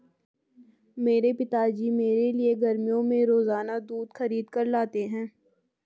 मेरे पिताजी मेरे लिए गर्मियों में रोजाना दूध खरीद कर लाते हैं